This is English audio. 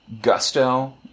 gusto